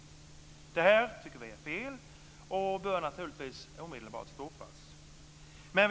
Vi tycker att det är fel, och det bör omedelbart stoppas.